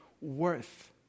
worth